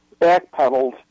backpedaled